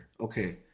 Okay